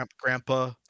Grandpa